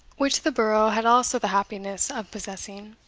which the borough had also the happiness of possessing.